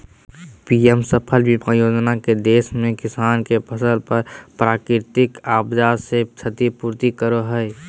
PM फसल बीमा योजना के देश में किसान के फसल पर प्राकृतिक आपदा से क्षति पूर्ति करय हई